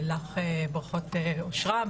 ולך ברכות אושרה,